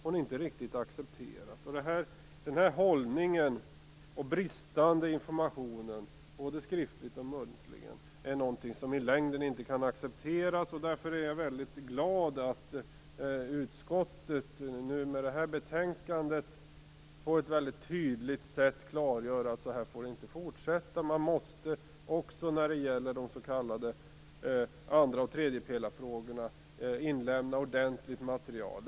Denna hållning och denna brist på såväl skriftlig som muntlig information är något som i längden inte kan accepteras. Jag är därför väldigt glad att utskottet med detta betänkande på ett mycket tydligt sätt klargör att det inte får fortsätta så här. Också när det gäller de s.k. andra och tredjepelarfrågorna måste ordentligt material inlämnas.